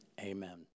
amen